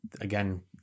again